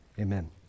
amen